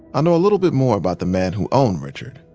i know a little bit more about the man who owned richard.